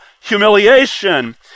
humiliation